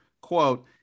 quote